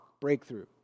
breakthrough